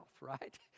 right